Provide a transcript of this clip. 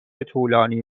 طولانی